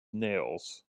nails